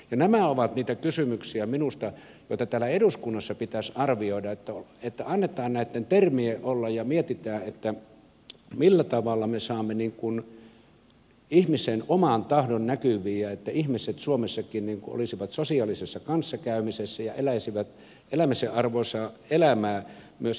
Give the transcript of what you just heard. nämä ovat minusta niitä kysymyksiä joita täällä eduskunnassa pitäisi arvioida että annetaan näitten termien olla ja mietitään millä tavalla me saamme ihmisen oman tahdon näkyviin ja ihmiset suomessakin olisivat sosiaalisessa kanssakäymisessä ja eläisivät elämisen arvoista elämää myös ikääntyneinä